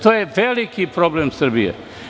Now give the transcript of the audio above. To je veliki problem Srbije.